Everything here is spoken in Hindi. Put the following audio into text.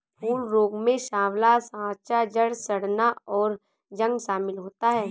फूल रोग में साँवला साँचा, जड़ सड़ना, और जंग शमिल होता है